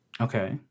Okay